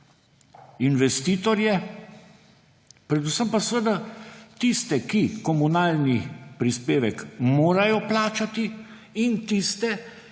investitorje, predvsem pa seveda tiste, ki komunalni prispevek morajo plačati, in tiste,